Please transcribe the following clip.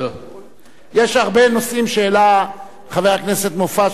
יש הרבה נושאים שהעלה חבר הכנסת מופז,